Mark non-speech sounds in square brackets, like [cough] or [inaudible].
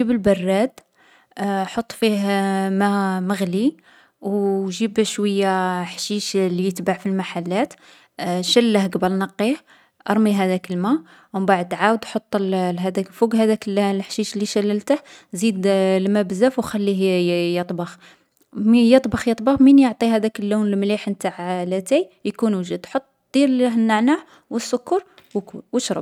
جيب البرّاد. [hesitation] حط فيه ما مغلي. و [hesitation] جيب شوية حشيش لي يتباع في المحلات [hesitation] شلّله قبل نقّيه. ارمي هاذاك الما. و مبعد عاود حط الـ هاذاك فوق هاذاك الـ الحشيش لي شلّلته، زيد الما بزاف و خليه يـ يـ يطبخ. مـ يطبخ يطبخ، من يعطي هاذاك اللون المليح نتاع لاتاي، يكون وجد. حط ديرله النعناع و السكر وكول و اشرب.